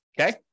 Okay